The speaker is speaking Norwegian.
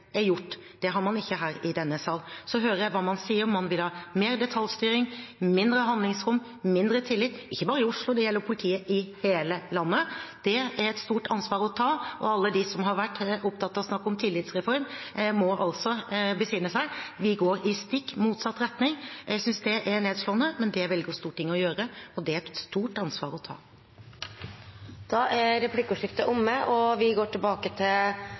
er gjort. Det har man ikke her i denne sal. Så hører jeg hva man sier, at man vil ha mer detaljstyring, mindre handlingsrom, mindre tillit – ikke bare i Oslo, det gjelder politiet i hele landet. Det er et stort ansvar å ta. Alle de som har vært opptatt av og snakket om en tillitsreform, må besinne seg. Vi går i stikk motsatt retning. Jeg synes det er nedslående, men det velger Stortinget å gjøre, og det er et stort ansvar å ta. Replikkordskiftet er omme.